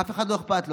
אף אחד לא אכפת לו,